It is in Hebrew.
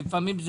לפעמים,